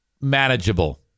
manageable